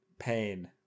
pain